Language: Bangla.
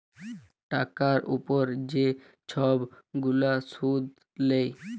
টাকার উপরে যে ছব গুলা সুদ লেয়